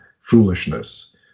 foolishness